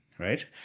right